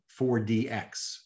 4DX